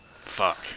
Fuck